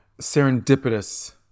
serendipitous